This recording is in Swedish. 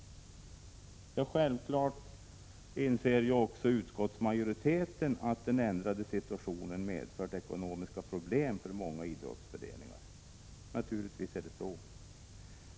10 december 1986 Självfallet inser också utskottsmajoriteten att den ändrade situationen ZG —- medfört ekonomiska problem för många idrottsföreningar. Naturligtvis är det så.